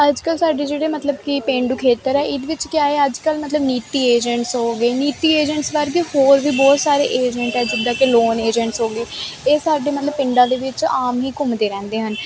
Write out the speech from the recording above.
ਅੱਜ ਕੱਲ੍ਹ ਸਾਡੇ ਜਿਹੜੇ ਮਤਲਬ ਕਿ ਪੇਂਡੂ ਖੇਤਰ ਹੈ ਇਹਦੇ ਵਿੱਚ ਕਿਆ ਹੈ ਅੱਜ ਕੱਲ੍ਹ ਮਤਲਬ ਨੀਤੀ ਏਜੰਟਸ ਹੋ ਗਏ ਨੀਤੀ ਏਜੰਟਸ ਵਰਗੇ ਹੋਰ ਵੀ ਬਹੁਤ ਸਾਰੇ ਏਜੰਟ ਆ ਜਿੱਦਾਂ ਕਿ ਲੋਨ ਏਜੰਟਸ ਹੋ ਗਏ ਇਹ ਸਾਡੇ ਮਤਲਬ ਪਿੰਡਾਂ ਦੇ ਵਿੱਚ ਆਮ ਹੀ ਘੁੰਮਦੇ ਰਹਿੰਦੇ ਹਨ